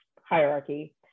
hierarchy